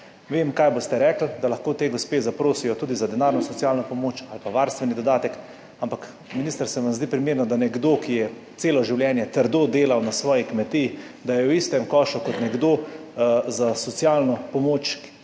Vem, kaj boste rekli, da lahko te gospe zaprosijo tudi za denarno socialno pomoč ali pa varstveni dodatek, ampak, minister, se vam zdi primerno, da je nekdo, ki je celo življenje trdo delal na svoji kmetiji, v istem košu za socialno pomoč kot